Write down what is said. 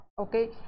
okay